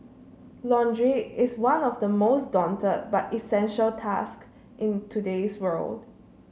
laundry is one of the most daunted but essential task in today's world